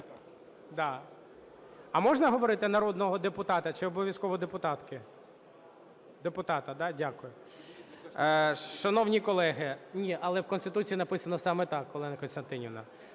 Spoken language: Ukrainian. А можна говорити народного депутата чи обов'язково депутатки? Депутата, да, дякую. Шановні колеги… Ні, але в Конституції написано саме так, Олена Костянтинівна.